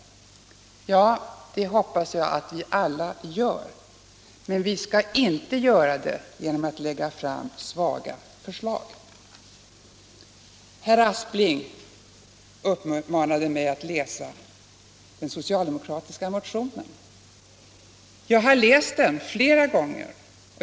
Ja, det hoppas jag att vi alla gör. Men vi skall inte göra det genom att lägga fram svaga förslag. Herr Aspling uppmanade mig att läsa den socialdemokratiska motionen. Jag har läst den flera gånger.